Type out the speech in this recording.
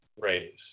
raise